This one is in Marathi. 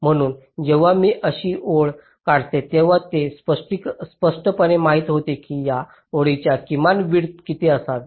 म्हणून जेव्हा मी अशी ओळ काढते तेव्हा हे स्पष्टपणे माहित होते की या ओळीची किमान विड्थ किती असावी